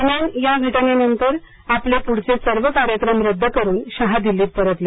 दरम्यान या घटनेनंतर आपले पुढचे सर्व कार्यक्रम रद्द करून शहा दिल्लीत परतले